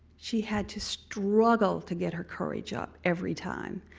she had to struggle to get her courage up, everytime.